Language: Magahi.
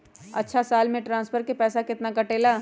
अछा साल मे ट्रांसफर के पैसा केतना कटेला?